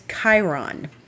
Chiron